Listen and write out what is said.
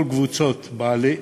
כל קבוצות בעלי אינטרס,